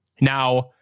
Now